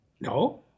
No